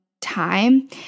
time